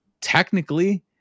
technically